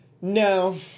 No